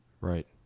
Right